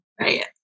Right